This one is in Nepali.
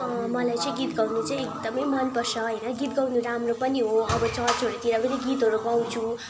मलाई चाहिँ गीत गाउनु चाहिँ एकदमै मनपर्छ होइन गीत गाउनु राम्रो पनि हो अब चर्चहरूतिर पनि गीतहरू गाउँछु